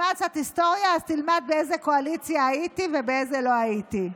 אז תלמד באיזו קואליציה הייתי ובאיזו לא הייתי.